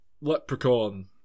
leprechaun